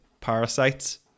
parasites